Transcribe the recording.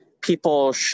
people